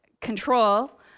control